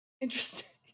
Interesting